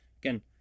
Again